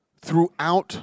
throughout